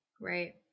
Right